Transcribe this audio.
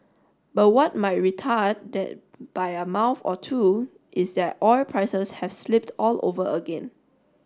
but what might retard that by a month or two is that oil prices have slipped all over again